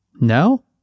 No